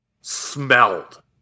smelled